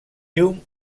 hume